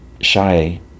shy